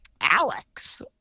Alex